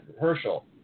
Herschel